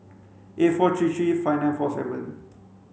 eight four three three five nine four seven